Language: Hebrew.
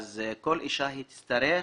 כל אישה תצטרך